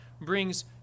brings